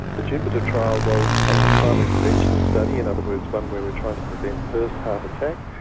the jupiter trial was a primary prevention study, in other words one where we're trying to prevent first heart attack.